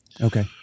Okay